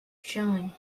chilling